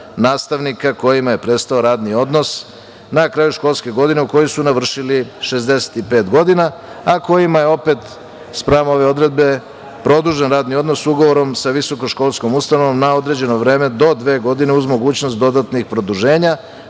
nastavnika kojima je prestao radni odnos na kraju školske godine u kojoj su navršili 65 godina, a kojima je opet spram ove odredbe produžen radni odnos ugovorom sa visokoškolskom ustanovom na određeno vreme do dve godine uz mogućnost dodatnih produženja,